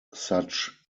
such